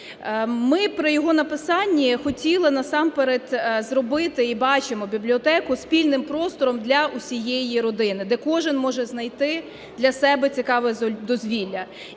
Ми при його написанні хотіли насамперед зробити і бачимо бібліотеку спільним простором для усієї родини, де кожен може знайти для себе цікаве дозвілля.